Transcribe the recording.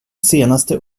senaste